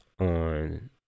on